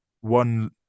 one